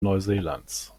neuseelands